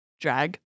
drag